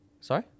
Sorry